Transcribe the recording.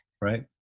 right